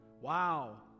Wow